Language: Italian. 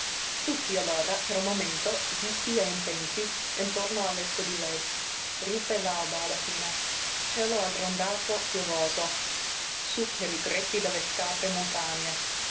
tutti allora per un momento zitti e intenti intorno al letto di lei ruppe l'alba alla fine cielo aggrondato piovoso sú per i greppi delle scabre montagne